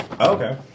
Okay